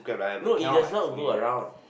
no it does not go around